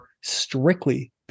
strictly